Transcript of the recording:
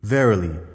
Verily